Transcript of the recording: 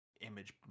image